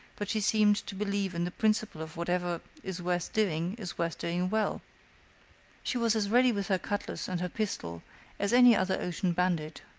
but she seemed to believe in the principle of whatever is worth doing is worth doing well she was as ready with her cutlass and her pistol as any other ocean bandit.